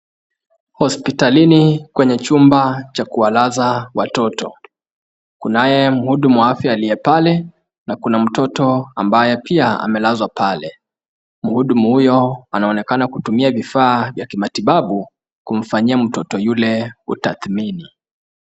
Hospitalini kwenye chumba cha kuwalaza watoto. Kunaye muhuduma wa afya aliye pale na kuna mtoto ambaye pia amelazwa pale. Muhudumu huyo anaonekana kutumia vifaa vya kimatibabu kumfanyia mtoto yule utathimini.